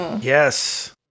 yes